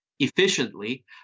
efficiently